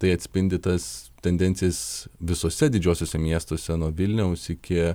tai atspindi tas tendencijas visuose didžiuosiuose miestuose nuo vilniaus iki